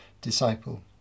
disciple